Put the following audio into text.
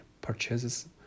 purchases